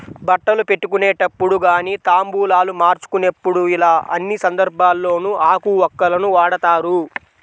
బట్టలు పెట్టుకునేటప్పుడు గానీ తాంబూలాలు మార్చుకునేప్పుడు యిలా అన్ని సందర్భాల్లోనూ ఆకు వక్కలను వాడతారు